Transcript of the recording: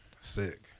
sick